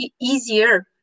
easier